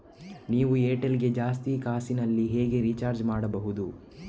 ನಾವು ಏರ್ಟೆಲ್ ಗೆ ಜಾಸ್ತಿ ಕಾಸಿನಲಿ ಹೇಗೆ ರಿಚಾರ್ಜ್ ಮಾಡ್ಬಾಹುದು?